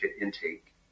intake